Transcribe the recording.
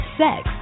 sex